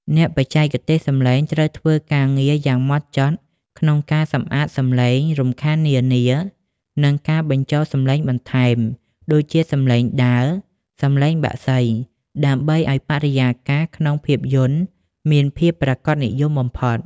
អ្នកបច្ចេកទេសសំឡេងត្រូវធ្វើការងារយ៉ាងម៉ត់ចត់ក្នុងការសម្អាតសំឡេងរំខាននានា និងការបញ្ចូលសំឡេងបន្ថែម (ដូចជាសំឡេងដើរ សំឡេងបក្សី) ដើម្បីឱ្យបរិយាកាសក្នុងភាពយន្តមានភាពប្រាកដនិយមបំផុត។